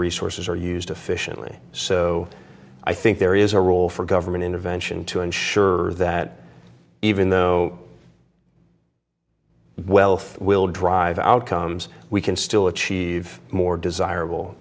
resources are used efficiently so i think there is a role for government intervention to ensure that even though wealth will drive outcomes we can still achieve more desirable